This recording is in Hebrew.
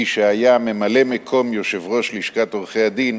מי שהיה ממלא-מקום יושב-ראש לשכת עורכי-הדין,